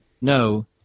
no